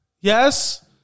Yes